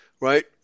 right